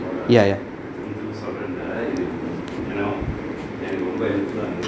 ya yeah